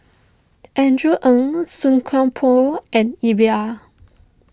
Andrew Ang Song Koon Poh and Iqbal